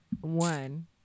One